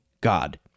god